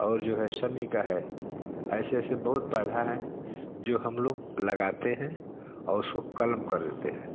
और जो है शनि का है ऐसे ऐसे बहुत हैं जो हम लोग लगाते हैं और उसको कलम कर देते हैं